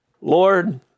Lord